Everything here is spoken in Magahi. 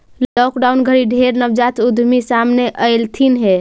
लॉकडाउन घरी ढेर नवजात उद्यमी सामने अएलथिन हे